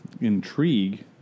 intrigue